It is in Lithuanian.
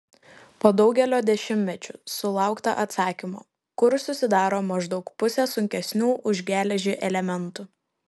po daugelio dešimtmečių sulaukta atsakymo kur susidaro maždaug pusė sunkesnių už geležį elementų